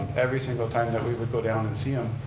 every single time that we would go down and see him,